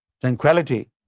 tranquility